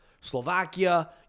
Slovakia